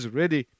ready